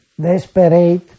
desperate